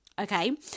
okay